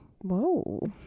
whoa